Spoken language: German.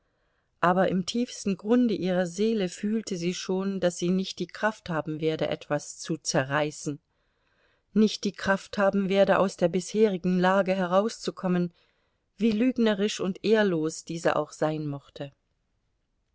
aber im tiefsten grunde ihrer seele fühlte sie schon daß sie nicht die kraft haben werde etwas zu zerreißen nicht die kraft haben werde aus der bisherigen lage herauszukommen wie lügnerisch und ehrlos diese auch sein mochte